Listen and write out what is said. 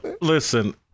listen